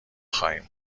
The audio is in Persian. خواهیم